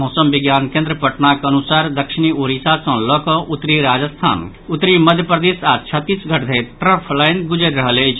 मौसम विज्ञान केन्द्र पटनाक अनुसार दक्षिणी ओडिसा सँ लऽ कऽ उत्तरी राजस्थान उत्तरी मध्य प्रदेश आओर छत्तीसगढ़ धरि ट्रफ लाईन गुजरि रहल अछि